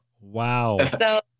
Wow